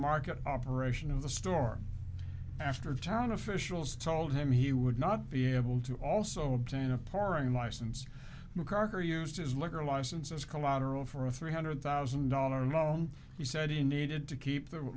market operation of the store after town officials told him he would not be able to also obtain a pouring license mccarver used his liquor license as collateral for a three hundred thousand dollars loan he said he needed to keep the